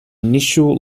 initial